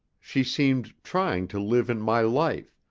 she seemed trying to live in my life,